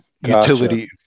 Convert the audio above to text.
utility